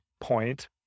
point